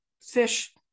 fish